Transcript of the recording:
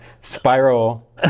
spiral